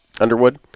Underwood